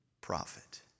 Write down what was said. prophet